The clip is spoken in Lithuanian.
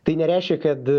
tai nereiškia kad